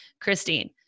Christine